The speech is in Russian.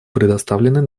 представленной